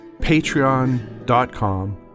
patreon.com